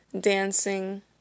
dancing